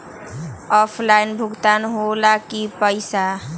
Offline भुगतान हो ला कि पईसा?